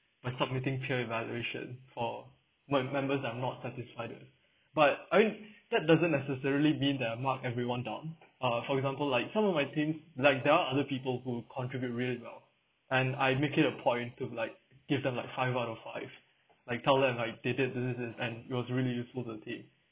by submitting peer evaluation for me~ members I'm not satisfied in but I mean that doesn't necessarily mean that I've marked everyone down uh for example like some of my team like there are other people who contribute really well and I make it a point to like give them like five out of five like tell them like they did this this this and it was really useful to the team